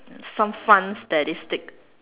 some fun statistic